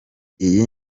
iyi